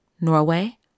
Norway